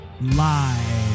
live